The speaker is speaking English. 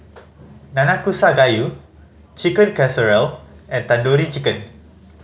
Nanakusa Gayu Chicken Casserole and Tandoori Chicken